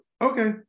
okay